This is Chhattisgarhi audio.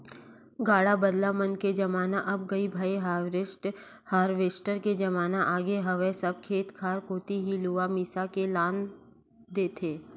गाड़ा बदला मन के जमाना अब गय भाई हारवेस्टर के जमाना आगे हवय सब खेत खार कोती ही लुवा मिसा के लान देथे